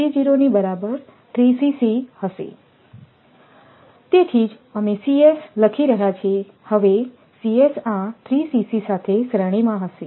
તેથી જ અમે લખી રહ્યા છીએ હવે સાથે શ્રેણીમાં હશે